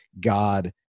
God